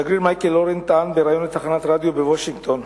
השגריר מייקל אורן טען בריאיון לתחנת רדיו בוושינגטון,